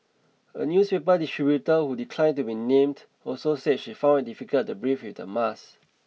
a newspaper distributor who declined to be named also said she found it difficult to breathe with the mask